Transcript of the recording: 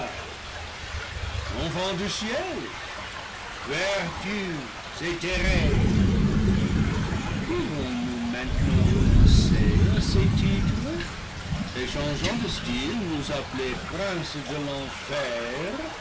enfants du ciel vertus élhérées devons-nous maintenant renoncer à ces titres et changeant de style nous appeler princes de l'enfer